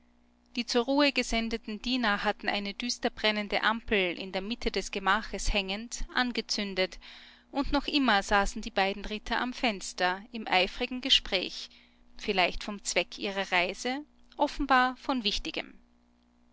die zur ruhe gesendeten diener hatten eine düsterbrennende ampel in der mitte des gemaches hängend angezündet und noch immer saßen die beiden ritter am fenster im eifrigen gespräch vielleicht vom zweck ihrer reise offenbar von wichtigem